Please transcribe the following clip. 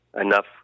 Enough